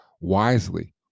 wisely